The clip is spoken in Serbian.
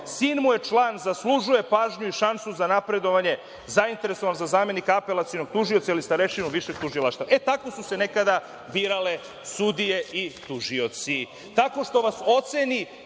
sin mu je član, zaslužuje pažnju i šansu za napredovanje, zainteresovan za zamenika apelacionog tužioca ili starešinu Višeg tužilaštva. E, tako su se nekada birale sudije i tužioci,